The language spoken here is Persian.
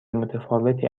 متفاوتی